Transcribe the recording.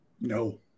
No